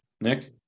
Nick